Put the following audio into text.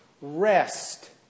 rest